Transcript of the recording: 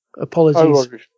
Apologies